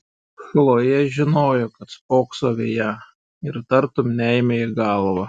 chlojė žinojo kad spoksau į ją ir tartum neėmė į galvą